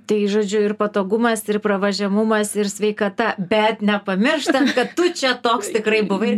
tai žodžiu ir patogumas ir pravažiuojamumas ir sveikata bet nepamirštant kad tu čia toks tikrai buvai